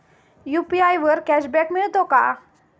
UPI वर cashback मिळतो का?